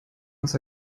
was